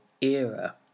era